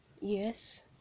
yes